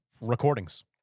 recordings